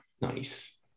Nice